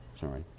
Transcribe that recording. Sorry